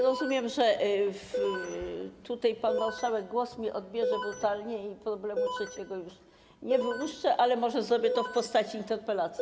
Rozumiem, że pan marszałek głos mi odbierze brutalnie i problemu trzeciego już nie wyłuszczę, ale może zrobię to w postaci interpelacji.